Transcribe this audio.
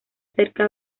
acerca